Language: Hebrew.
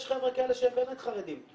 יש חבר'ה כאלה שהם באמת חרדים,